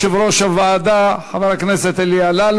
הצעת חוק לחלוקת חיסכון פנסיוני בין בני-זוג